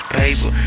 paper